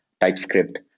TypeScript